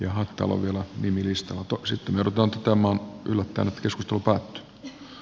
lihatalo vielä nimilista muutokset verotonta tämä on yllättänyt joskus tuntua